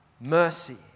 mercy